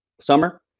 summer